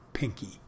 Pinky